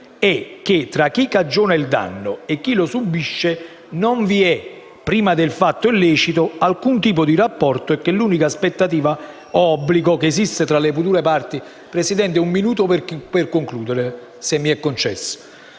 è che tra chi cagiona il danno e chi lo subisce non vi è, prima del fatto illecito, alcun tipo di rapporto e che l'unica aspettativa o obbligo che esiste tra le future parti del rapporto obbligatorio che va a nascere